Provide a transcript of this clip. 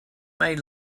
may